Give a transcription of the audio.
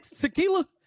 Tequila